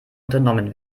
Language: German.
unternommen